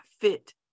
fit